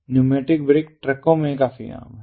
pneumatic brake ट्रकों में काफी आम है